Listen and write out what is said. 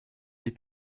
les